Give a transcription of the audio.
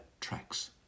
tracks